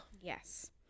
Yes